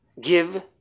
give